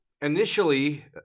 initially